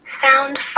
sound